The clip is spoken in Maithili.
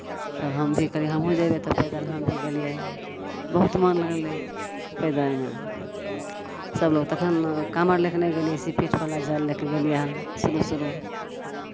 तब हम भी कहलियै हमहूँ जयबै तऽ पैदल हम भी गेलियै बहुत मन लगलै पैदलमे सभ लोक तखन काँवर लए कऽ नहि गेलियै से पीठपर लए कऽ जल लए कऽ गेलियै हम शुरू शुरू